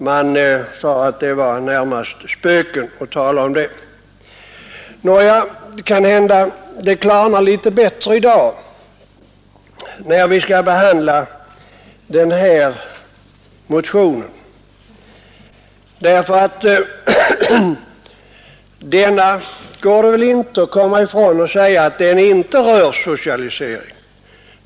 Man sade att det var närmast att tala om spöken. Kanhända det klarnar litet bättre i dag när vi skall behandla motionen 1050, därför att beträffande den går det väl inte att göra gällande att den inte rör sig om socialisering.